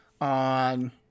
on